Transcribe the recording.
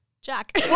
Jack